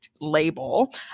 label